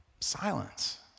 silence